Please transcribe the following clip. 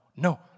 No